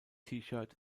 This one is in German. shirt